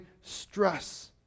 stress